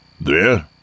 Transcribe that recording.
There